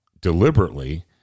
deliberately